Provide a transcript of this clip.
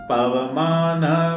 Pavamana